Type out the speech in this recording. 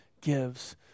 gives